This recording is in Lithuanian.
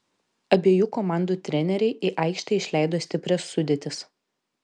abiejų komandų treneriai į aikštę išleido stiprias sudėtis